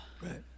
Right